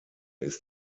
ist